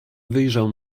wyjrzał